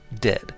dead